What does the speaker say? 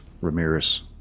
Ramirez